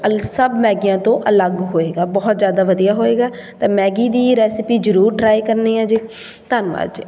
ਅਲ ਸਭ ਮੈਗੀਆਂ ਤੋਂ ਅਲੱਗ ਹੋਏਗਾ ਬਹੁਤ ਜ਼ਿਆਦਾ ਵਧੀਆ ਹੋਏਗਾ ਤਾਂ ਮੈਗੀ ਦੀ ਰੈਸਿਪੀ ਜ਼ਰੂਰ ਟਰਾਈ ਕਰਨੀ ਐ ਜੀ ਧੰਨਵਾਦ ਜੀ